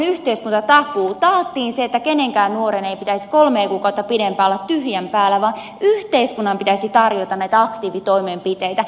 taattiin se että kenenkään nuoren ei pitäisi kolmea kuukautta pidempään olla tyhjän päällä vaan yhteiskunnan pitäisi tarjota näitä aktiivitoimenpiteitä